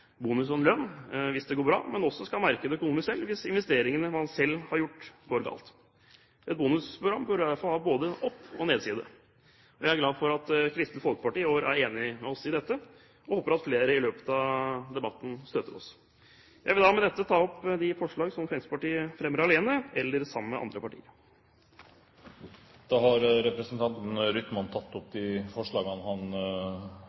lønn hvis det går bra, men også skal merke det økonomisk selv hvis investeringene man selv har gjort, går galt. Et bonusprogram bør derfor ha både en oppside og en nedside. Jeg er glad for at Kristelig Folkeparti i år er enig med oss i dette, og håper at flere i løpet av debatten støtter oss. Jeg vil med dette ta opp de forslag Fremskrittspartiet fremmer alene eller sammen med andre partier. Representanten Jørund Rytman har tatt opp de forslagene han